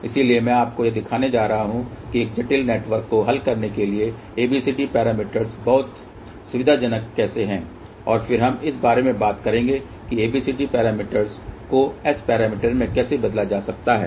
इसलिए मैं आपको यह दिखाने जा रहा हूं कि एक जटिल नेटवर्क को हल करने के लिए ABCD पैरामीटर बहुत सुविधाजनक कैसे हैं और फिर हम इस बारे में बात करेंगे कि ABCD पैरामीटर को S पैरामीटर में कैसे बदला जा सकता है